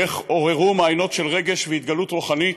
איך "עוררו מעיינות של רגש והתגלות רוחנית"?